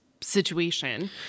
situation